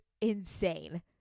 insane